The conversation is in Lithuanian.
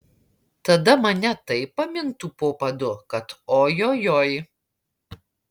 tada mane taip pamintų po padu kad ojojoi